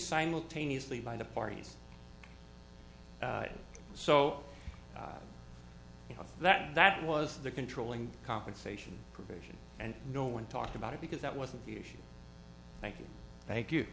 simultaneously by the parties so you know that that was the controlling compensation provision and no one talked about it because that wasn't the issue thank you